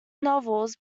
novels